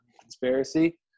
conspiracy